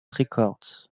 records